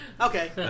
Okay